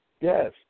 Yes